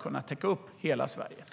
kunna täcka upp hela Sverige.